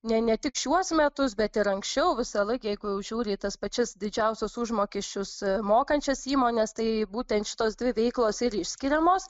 ne ne tik šiuos metus bet ir anksčiau visąlaik jeigu žiūri į tas pačias didžiausius užmokesčius mokančias įmones tai būtent šitos dvi veiklos ir išskiriamos